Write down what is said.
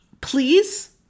please